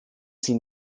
sie